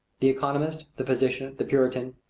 the economist, the physician, the puritan,